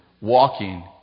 walking